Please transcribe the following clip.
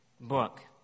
book